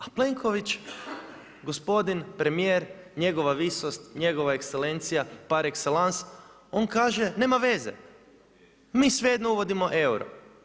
A Plenković, gospodin premijer, njegova visost, njegova ekscelencija, par excellence, on kaže nema veze, mi svejedno uvodimo euro.